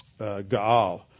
Gaal